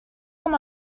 com